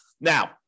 Now